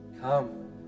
Come